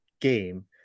game